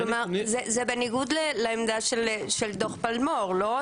זה בניגוד לעמדה של דוח פלמור, לא?